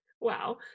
Wow